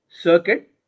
circuit